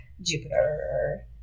Jupiter